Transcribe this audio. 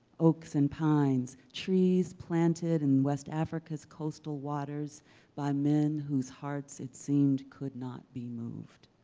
oaks and pines, trees planted in west africa's coastal waters by men whose hearts, it seemed, could not be moved.